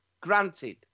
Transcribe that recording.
granted